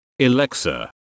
Alexa